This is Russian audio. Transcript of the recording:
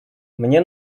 мне